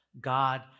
God